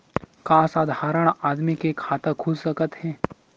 का साधारण आदमी के खाता खुल सकत हे?